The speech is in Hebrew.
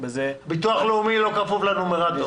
בזה --- ביטוח לאומי לא כפוף לנומרטור.